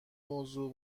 موضوع